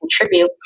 contribute